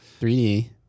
3D